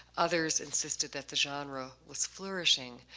others insisted that the genre was flourishing.